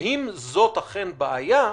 אם זאת אכן בעיה,